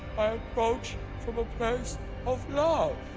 i approach from a place of love.